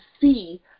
see